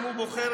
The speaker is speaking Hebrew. הוא רואה